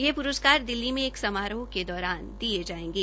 ये प्रस्कार दिल्ली में एक समारोह के दौरान दिये जायेंगे